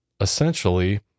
essentially